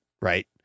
right